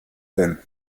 denn